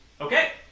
Okay